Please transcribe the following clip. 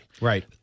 Right